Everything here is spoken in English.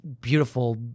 beautiful